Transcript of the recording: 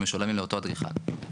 שמשולמים לאותו אדריכל.